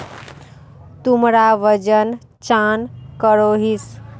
तुमरा वजन चाँ करोहिस?